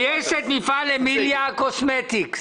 ויש את מפעל אמיליה קוסמטיקס.